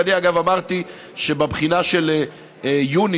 ואני אגב אמרתי שבבחינה של יוני,